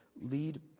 lead